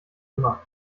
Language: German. immer